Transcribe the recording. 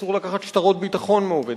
אסור לקחת שטרות ביטחון מעובד,